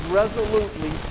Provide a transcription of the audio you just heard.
resolutely